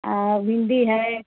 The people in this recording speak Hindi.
भिंडी है